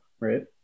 right